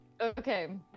Okay